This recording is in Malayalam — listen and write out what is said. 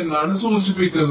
എന്നാണ് സൂചിപ്പിക്കുന്നത്